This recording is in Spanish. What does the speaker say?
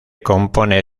compone